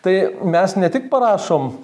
tai mes ne tik parašom